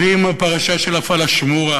ועם הפרשה של הפלאשמורה